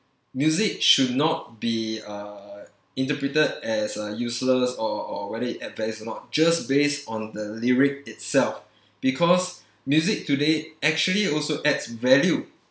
music should not be uh interpreted as a useless or or whether it add values or not just based on the lyric itself because music today actually also adds value